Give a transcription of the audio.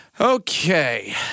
okay